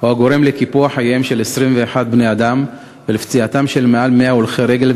הגורם לקיפוח חייהם של 21 בני-אדם ולפציעתם של מעל 100 הולכי רגל,